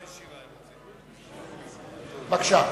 בבקשה.